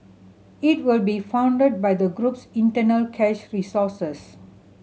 it will be funded by the group's internal cash resources